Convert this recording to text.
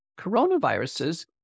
coronaviruses